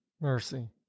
Mercy